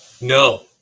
No